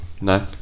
No